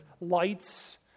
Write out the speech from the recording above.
lights